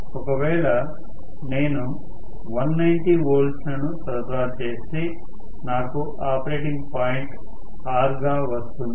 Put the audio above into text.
ఒకవేళ నేను 190 వోల్ట్లను సరఫరా చేస్తే నాకు ఆపరేటింగ్ పాయింట్ R గా వస్తుంది